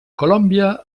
colòmbia